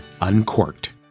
Uncorked